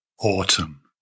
Autumn